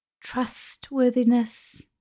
trustworthiness